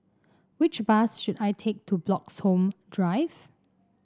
which bus should I take to Bloxhome Drive